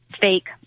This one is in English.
fake